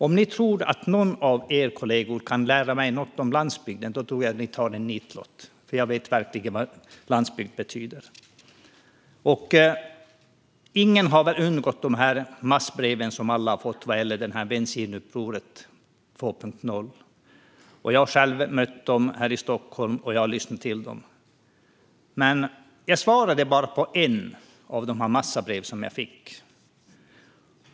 Om ni kollegor tror att någon av er kan lära mig något om landsbygden drar ni en nitlott, för jag vet verkligen vad landsbygd betyder. Ingen har väl undgått de massbrev alla har fått vad gäller Bensinupproret 2.0. Jag har själv mött dem här i Stockholm, och jag har lyssnat till dem. Jag svarade dock bara på ett av de många brev jag fick.